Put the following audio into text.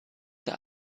der